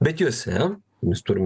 bet jose mes turim